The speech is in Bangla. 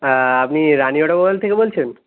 অ্যাঁ আপনি রানি অটোমোবাইল থেকে বলছেন